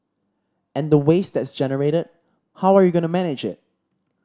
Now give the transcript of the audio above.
and the waste that's generated how are you going to manage it